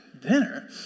dinner